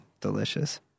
Delicious